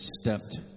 stepped